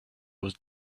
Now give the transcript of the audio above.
was